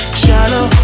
shallow